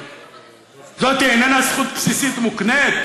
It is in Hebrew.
זאת איננה זכות בסיסית מוקנית?